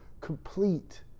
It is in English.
Complete